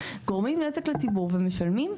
גורמים נזק לציבור ומשלמים,